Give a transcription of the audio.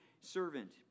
servant